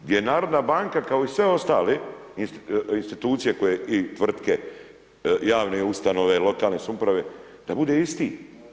Gdje narodna banka kao i sve ostale institucije koje i tvrtke, javne ustanove, lokalne su uprave, da bude isti.